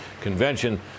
convention